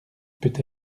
peut